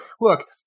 look